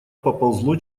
поползло